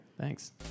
Thanks